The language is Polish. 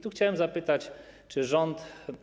Tu chciałem zapytać, czy rząd.